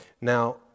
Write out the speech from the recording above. Now